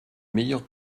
meilleur